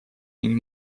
ning